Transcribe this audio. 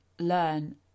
learn